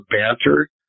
banter